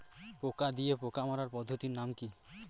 পোকা দিয়ে পোকা মারার পদ্ধতির নাম কি?